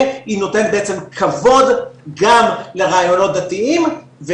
והיא נותנת בעצם כבוד גם לרעיונות הדתיים,